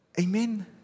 Amen